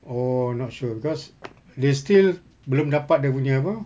oh not sure because they still belum dapat dia punya apa